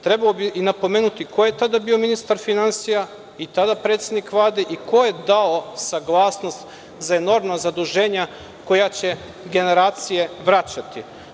Trebalo bi i napomenuti ko je tada bio ministar finansija i tada predsednik Vlade i ko je dao saglasnost za enormna zaduženja koja će generacije vraćati.